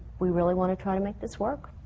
we really want to try to make this work.